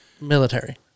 Military